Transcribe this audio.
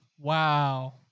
Wow